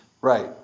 Right